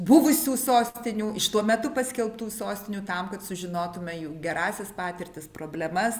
buvusių sostinių iš tuo metu paskelbtų sostinių tam kad sužinotume jų gerąsias patirtis problemas